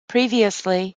previously